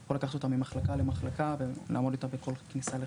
אתה יכול לקחת אותה ממחלקה למחלקה ולעמוד איתה בכל כניסה לחדר.